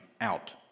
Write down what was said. out